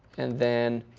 and then